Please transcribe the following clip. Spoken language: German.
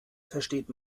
versteht